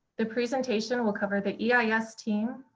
the presentation will cover the yeah yeah eis team,